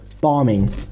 bombing